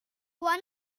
one